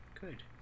good